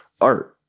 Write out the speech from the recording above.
art